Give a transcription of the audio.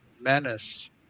menace